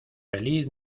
feliz